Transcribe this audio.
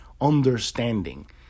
understanding